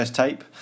tape